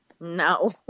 No